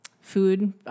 Food